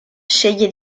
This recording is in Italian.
sceglie